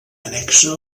annexa